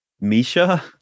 Misha